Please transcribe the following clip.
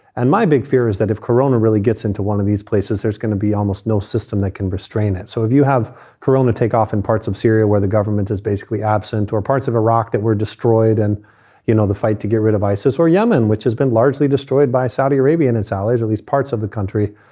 and my big fear is that if carona really gets into one of these places, there's going be almost no system that can restrain it. so if you have carona take off in parts of syria where the government is basically absent, or parts of iraq that were destroyed and you know, the fight to get rid of isis or yemen, which has been largely destroyed by saudi arabia and its allies, at least parts of the country,